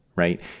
right